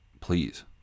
please